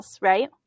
right